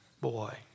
boy